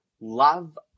Love